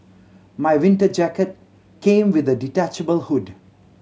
my winter jacket came with a detachable hood